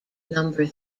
number